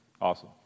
Awesome